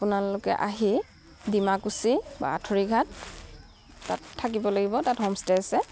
আপোনালোকে আহি ডিমাকুচি বা আঁঠুৰিঘাট তাত থাকিব লাগিব তাত হোমষ্টে আছে